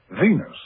Venus